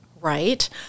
right